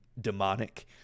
demonic